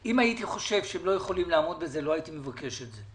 אם הייתי חושב שהם לא יכולים לעמוד בזה לא הייתי מבקש את זה.